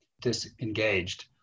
disengaged